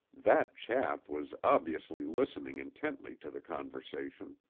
that chap was obviously listening intently to the conversation.